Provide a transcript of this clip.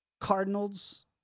Cardinals